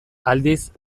aldiz